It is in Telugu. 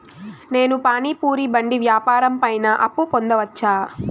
నేను పానీ పూరి బండి వ్యాపారం పైన అప్పు పొందవచ్చా?